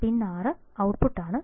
പിൻ 6 ആണ് ഔട്ട്പുട്ട്